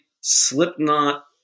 Slipknot